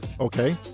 Okay